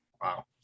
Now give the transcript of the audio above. Wow